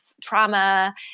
trauma